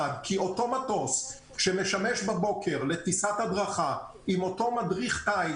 כי אותו מטוס שמשמש בבוקר לטיסת הדרכה עם אותו מדריך טיס